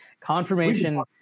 confirmation